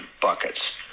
buckets